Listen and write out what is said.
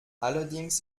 allerdings